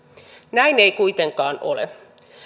näin ei kuitenkaan ole